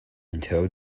until